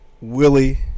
Willie